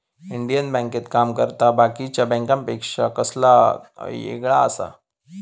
Indian बँकेत काम करना बाकीच्या बँकांपेक्षा कसा येगळा आसा?